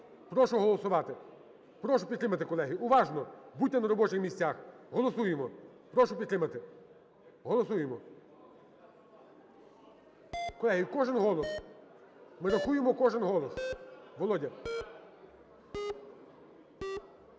Прошу голосувати, прошу підтримати, колеги, уважно. Будьте на робочих місцях, голосуємо, прошу підтримати, голосуємо. Колеги, кожен голос, ми рахуємо кожен голос. Володя!